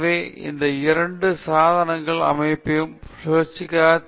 எனவே அந்த இரண்டு சாதனங்களின் அமைப்பும் சுழற்சிக்கான தேவைக்கு அவசியமானவை எனவே அது உயர்த்திப் பிடித்தது